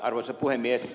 arvoisa puhemies